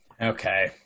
Okay